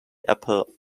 apple